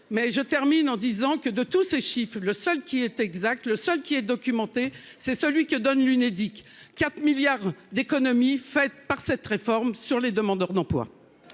mais je termine en disant que de tous ces chiffres, le seul qui est exact, le seul qui est documenté, c'est celui que donne l'Unédic, 4 milliards d'économies faites par cette réforme sur les demandeurs d'emploi.